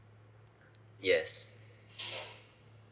yes